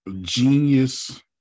genius